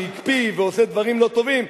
שהקפיא ועושה דברים לא טובים,